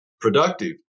productive